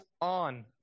on